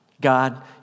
God